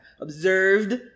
observed